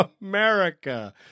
America